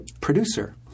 producer